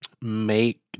make